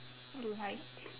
how to write